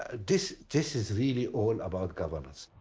ah this, this is really all about governance.